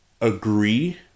agree